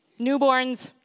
Newborns